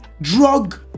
drug